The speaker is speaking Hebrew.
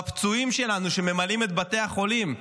בפצועים שלנו שממלאים את בתי החולים,